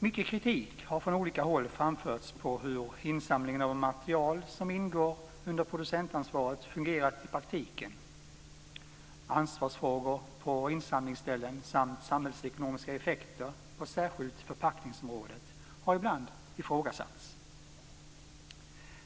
Mycket kritik har från olika håll framförts mot hur insamlingen av material som ingår under producentansvaret fungerat i praktiken. Ansvarsfrågor på insamlingsställen samt samhällsekonomiska effekter på särskilt förpackningsområdet har ibland ifrågasatts.